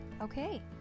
Okay